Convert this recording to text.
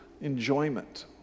enjoyment